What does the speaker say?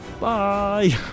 Bye